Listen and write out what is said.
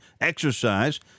exercise